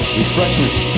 refreshments